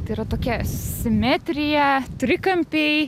tai yra tokia simetrija trikampiai